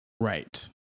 Right